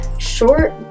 short